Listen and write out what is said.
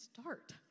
start